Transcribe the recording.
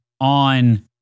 on